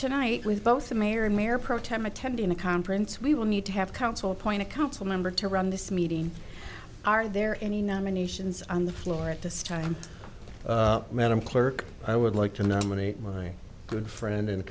tonight with both the mayor and mayor pro tem attending the conference we will need to have counsel appoint a council member to run this meeting are there any nominations on the floor at this time madam clerk i would like to nominate my good friend and